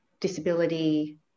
disability